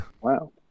Wow